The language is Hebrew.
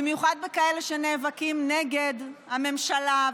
במיוחד בכאלה שנאבקים נגד הממשלה.